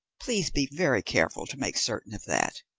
please be very careful to make certain of that.